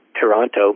Toronto